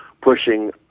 pushing